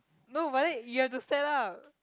no but then you have to set up